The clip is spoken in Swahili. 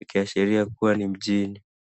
ikiashiria kuwa ni mjini.